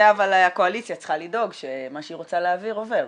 אבל הקואליציה צריכה לדאוג שמה שהיא רוצה להעביר עובר,